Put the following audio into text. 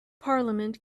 parliament